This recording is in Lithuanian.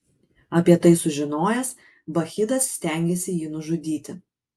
apie tai sužinojęs bakchidas stengėsi jį nužudyti